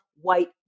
white